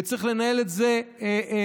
וצריך לנהל את זה בשכל,